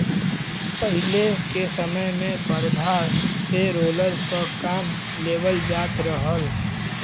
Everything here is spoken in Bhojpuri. पहिले के समय में बरधा से रोलर क काम लेवल जात रहल